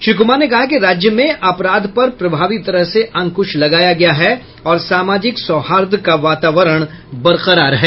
श्री कुमार ने कहा कि राज्य में अपराध पर प्रभावी तरह से अंकुश लगाया गया है और सामाजिक सौहार्द का वातावरण बरकरार है